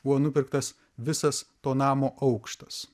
buvo nupirktas visas to namo aukštas